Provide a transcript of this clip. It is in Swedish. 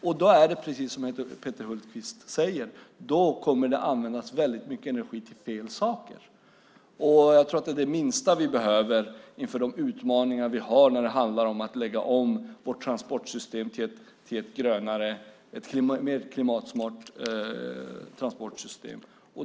Då kommer det, precis som Peter Hultqvist säger, att användas mycket energi på fel saker, vilket är det sista vi behöver inför de utmaningar vi har i fråga om omläggningen av vårt transportsystem till ett mer klimatsmart system.